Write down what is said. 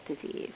disease